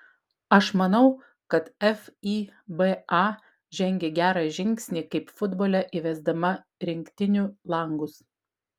aš manau kad fiba žengė gerą žingsnį kaip futbole įvesdama rinktinių langus